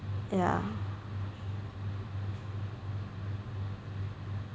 yeah